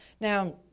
Now